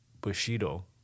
Bushido